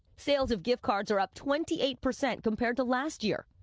sales of gift cards are up twenty eight percent compared to last year.